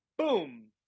Boom